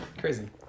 Crazy